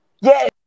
Yes